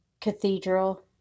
cathedral